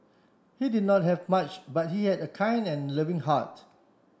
he did not have much but he had a kind and loving heart